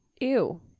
Ew